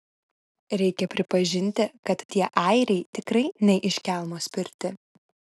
reikia pripažinti kad tie airiai tikrai ne iš kelmo spirti